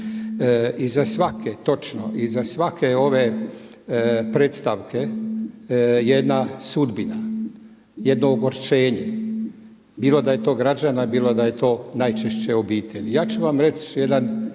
Iza svake točno, iza svake ove predstavke je jedna sudbina, jedno ogorčenje bilo da je to građana, bilo da je to najčešće obitelji. Ja ću vam reći jedan